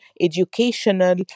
educational